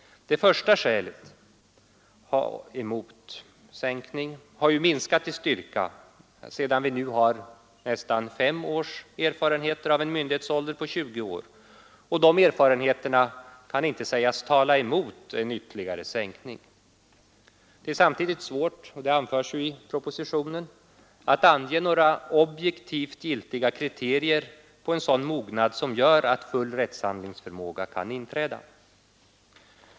Det första skälet mot sänkning har minskat i styrka sedan vi nu fått nästan fem års erfarenhet av en myndighetsålder vid 20 år, och erfarenheterna kan inte sägas tala emot en ytterligare sänkning. Samtidigt är det svårt — detta anförs också i propositionen — att ange några objektivt giltiga kriterier på sådan mognad att full rättshandlings förmåga kan inträda.